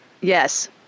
Yes